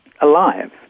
alive